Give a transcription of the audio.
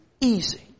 easy